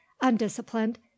undisciplined